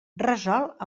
resolt